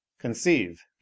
Conceive